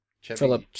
Philip